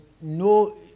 no